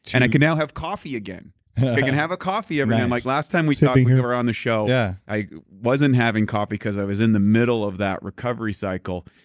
and i could now have coffee again. we can have a coffee event like last time, we stop around the show. yeah i wasn't having coffee because i was in the middle of that recovery cycle.